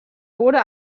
wurde